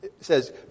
says